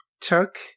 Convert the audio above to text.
took